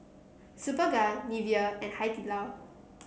Superga Nivea and Hai Di Lao